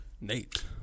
Nate